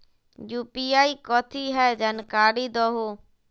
UPI कथी है? जानकारी दहु